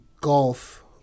Golf